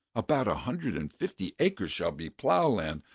about a hundred and fifty acres shall be plough-land,